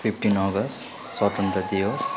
fifteen August स्वतन्त्र दिवस